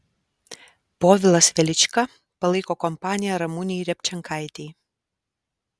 povilas velička palaiko kompaniją ramunei repčenkaitei